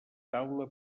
taula